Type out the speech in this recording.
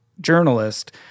journalist